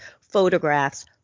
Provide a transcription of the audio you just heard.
photographs